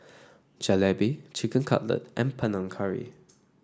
Jalebi Chicken Cutlet and Panang Curry